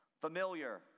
Familiar